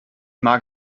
mag